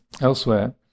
elsewhere